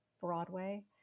Broadway